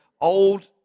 old